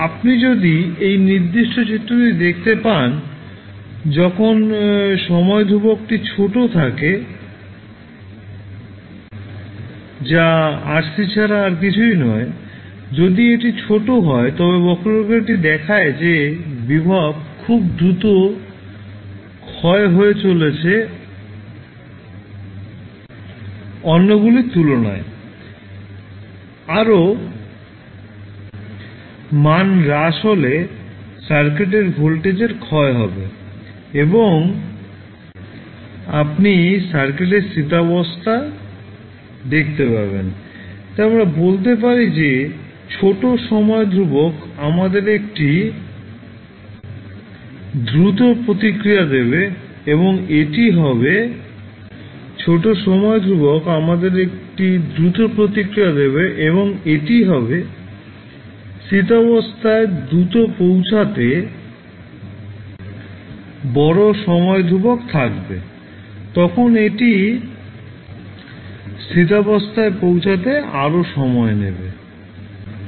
আপনি যদি এই নির্দিষ্ট চিত্রটি দেখতে পান যখন সময় ধ্রুবকটি τছোট থাকে যা RC ছাড়া আর কিছুই নয় যদি এটি ছোট হয় তবে বক্ররেখাটি দেখায় যে ভোল্টেজ খুব দ্রুত ক্ষয় হয়ে চলেছে অন্যগুলির তুলনায় আরও মান হ্রাস হলে সার্কিটের ভোল্টেজের ক্ষয় হবে এবং আপনি সার্কিটের স্থিতাবস্থা দেখতে পাবেন তাই আমরা বলতে পারি যে ছোট সময় ধ্রুবক আমাদের একটি দ্রুত প্রতিক্রিয়া দেবে এবং এটি হবে স্থিতাবস্থায় দ্রুত পৌঁছাতে আর বড় সময় ধ্রুবক থাকলে তখন এটি স্থিতাবস্থায় পৌঁছাতে আরও সময় নেবে